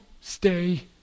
stay